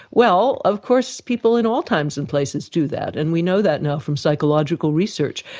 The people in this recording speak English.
well, of course people in all times and places do that. and we know that now from psychological research,